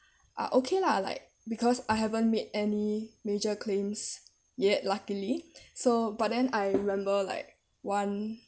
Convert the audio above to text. are okay lah like because I haven't made any major claims yet luckily so but then I remember like